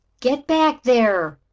get back there!